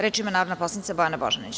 Reč ima narodna poslanica Bojana Božanić.